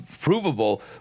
provable